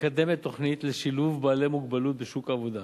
מקדמת תוכנית לשילוב בעלי מוגבלות בשוק העבודה.